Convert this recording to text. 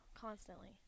Constantly